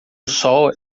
sol